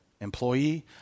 employee